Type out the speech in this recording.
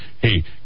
hey